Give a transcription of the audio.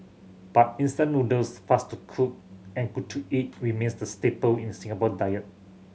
but instant noodles fast to cook and good to eat remains the staple in Singapore diet